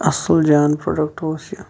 اصل جان پروڈکٹ اوس یہِ